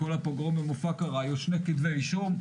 בכל הפוגרום באל-מופקרה היו שני כתבי אישום,